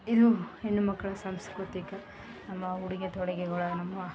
ಇದು ಹೆಣ್ಣುಮಕ್ಕಳ ಸಾಂಸ್ಕೃತಿಕ ನಮ್ಮ ಉಡುಗೆ ತೊಡುಗೆಗಳ ನಮ್ಮ